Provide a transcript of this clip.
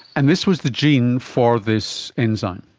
and this was the gene for this enzyme?